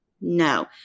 no